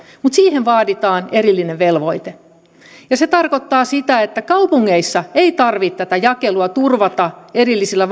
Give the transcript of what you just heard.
mutta siihen vaaditaan erillinen velvoite se tarkoittaa sitä että kaupungeissa ei tarvitse tätä jakelua turvata erillisillä